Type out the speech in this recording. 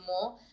more